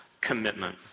commitment